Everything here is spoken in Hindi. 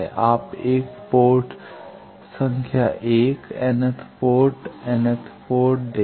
आप 1 पोर्ट संख्या 1 nth port N th port देखें